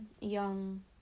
young